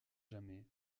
jamais